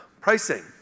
Pricing